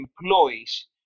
employees